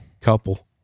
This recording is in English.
Couple